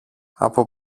από